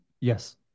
Yes